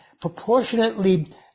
proportionately